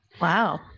Wow